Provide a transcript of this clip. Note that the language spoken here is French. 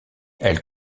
elle